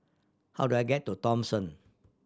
how do I get to Thomson